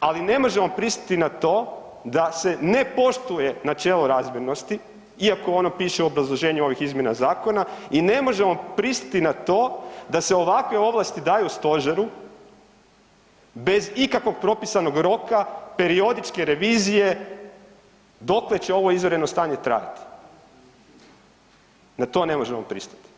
ali ne možemo pristati na to da se ne poštuje načelo razmjernosti, iako ono piše u obrazloženju ovih izmjena zakona i ne možemo pristati na to da se ovakve ovlasti daju stožeru bez ikakvog propisanog roka, periodičke revizije dokle će ovo izvanredno stanje trajati, na to ne možemo pristat.